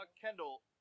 Kendall